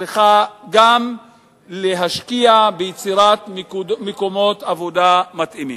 היא צריכה גם להשקיע ביצירת מקומות עבודה מתאימים.